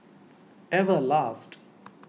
Everlast